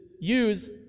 use